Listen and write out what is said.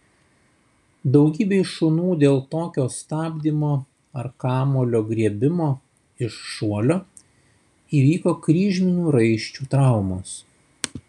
daugybei šunų dėl tokio stabdymo ar kamuolio griebimo iš šuolio įvyko kryžminių raiščių traumos